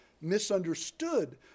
misunderstood